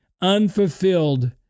Unfulfilled